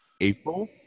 April